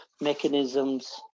mechanisms